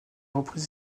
repris